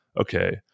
okay